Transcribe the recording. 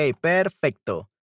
perfecto